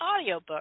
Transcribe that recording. audiobook